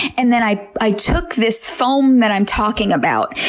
and then, i i took this foam that i'm talking about.